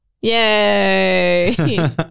yay